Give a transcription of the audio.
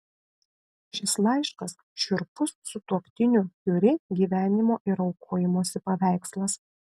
šis laiškas šiurpus sutuoktinių kiuri gyvenimo ir aukojimosi paveikslas